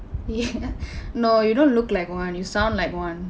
ya no you don't look like one you sound like one